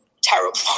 terrible